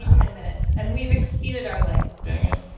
ten minutes and we've exceeded our leg dang it.